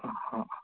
हँ